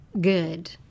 good